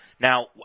Now